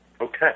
Okay